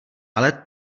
ale